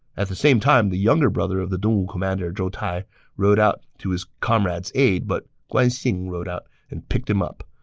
at the same time, the younger brother of the dongwu commander zhou tai rode out to his comrade's aid, but guan xing rode out and picked him up.